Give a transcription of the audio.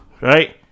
Right